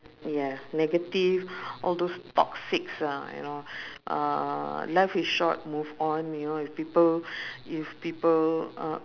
ya negative all those toxics ah you know uh life is short move on you know if people if people uh